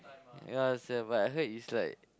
yeah same but I heard it's like